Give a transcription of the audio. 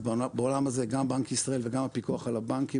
אז בעולם הזה גם בנק ישראל וגם הפיקוח על הבנקים,